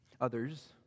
Others